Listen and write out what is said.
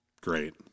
great